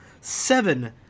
seven